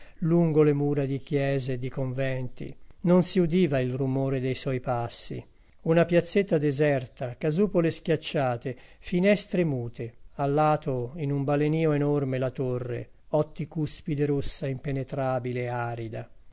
lungo le mura di chiese e di conventi non si udiva il rumore dei suoi passi una piazzetta deserta casupole schiacciate finestre mute a lato in un balenìo enorme la torre otticuspide rossa impenetrabile arida